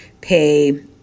pay